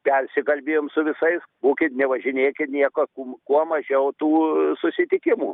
persikalbėjom su visais būkit nevažinėkit nieko mum kuo mažiau tų susitikimų